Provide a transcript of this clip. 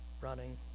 running